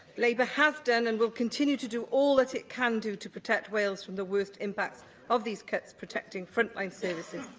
labour has done and will continue to do all that it can do to protect wales from the worst impacts of these cuts, protecting front-line services.